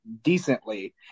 decently